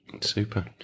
super